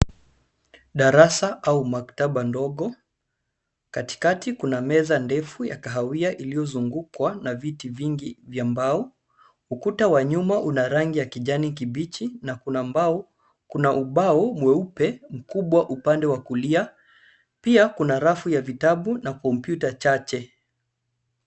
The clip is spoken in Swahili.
Darasa au maktaba ndogo. Katikati kuna meza ndefu ya kahawia iliyozungukwa na viti vingi vya mbao. Ukuta wa nyuma una rangi ya kijani kibichi na kuna ubao mweupe mkubwa upande wa kulia. Pia kuna rafu ya vitabu na kompyuta chache.